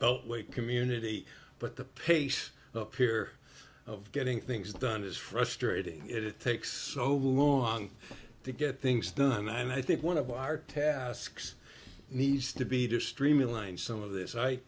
beltway community but the pace of fear of getting things done is frustrating it takes so long to get things done and i think one of our tasks needs to be to streamline some of this i